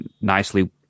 nicely